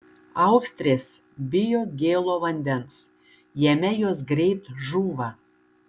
austrės bijo gėlo vandens jame jos greit žūva